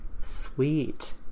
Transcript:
Sweet